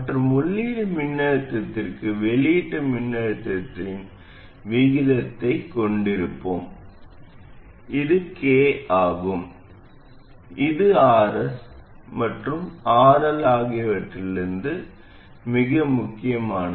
மற்றும் உள்ளீட்டு மின்னழுத்தத்திற்கு வெளியீட்டு மின்னழுத்தத்தின் விகிதத்தைக் கொண்டிருப்போம் இது k ஆகும் இது Rs மற்றும் RL ஆகியவற்றிலிருந்து மிகவும் முக்கியமானது